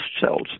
cells